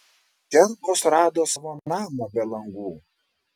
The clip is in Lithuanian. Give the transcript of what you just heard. čerbos rado savo namą be langų